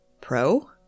Pro